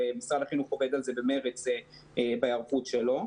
ומשרד החינוך עובד על זה במרץ בהיערכות שלו,